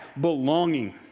belonging